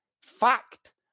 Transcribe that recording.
fact